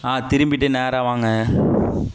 ஆ திரும்பிவிட்டு நேராக வாங்க